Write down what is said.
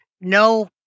no